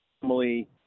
family